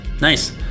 Nice